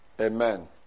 Amen